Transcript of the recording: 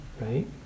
right